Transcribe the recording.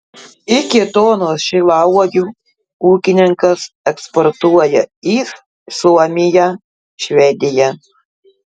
iki tonos šilauogių ūkininkas eksportuoja į suomiją švediją